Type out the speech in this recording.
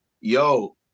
yo